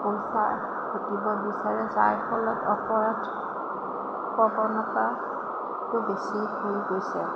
পইছা ঘটিব বিচাৰে যাৰ ফলত অপৰাধ প্ৰৱণতাটো বেছি হৈ গৈছে